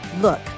Look